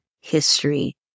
history